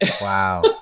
Wow